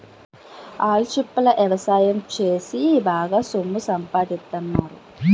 ఆల్చిప్పల ఎవసాయం సేసి బాగా సొమ్ము సంపాదిత్తన్నారు